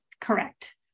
correct